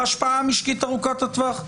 ההשפעה המשקית ארוכת הטווח?